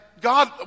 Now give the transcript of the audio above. God